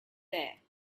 there